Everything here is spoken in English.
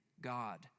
God